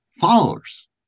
followers